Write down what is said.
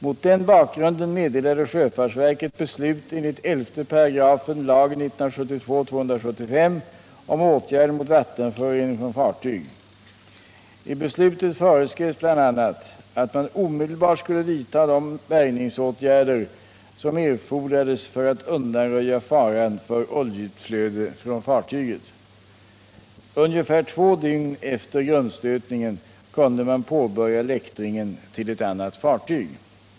Mot den bakgrunden meddelade sjöfartsverket beslut enligt 11 § lagen om åtgärder mot vattenförorening från fartyg. I beslutet föreskrivs bl.a. att man omedelbart skulle vidtaga de bärgningsåtgärder, som erfordrades för att undanröja faran för oljeutflöde från fartyget. Ungefär två dygn efter grundstötningen kunde man påbörja läktringen till ett annat fartyg.